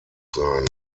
sein